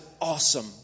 awesome